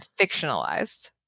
fictionalized